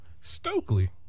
Stokely